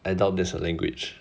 adult there's a language